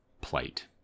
plight